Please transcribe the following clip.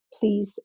please